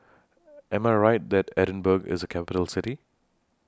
Am I Right that Edinburgh IS A Capital City